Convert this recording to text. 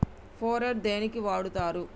Phorate దేనికి వాడుతరు?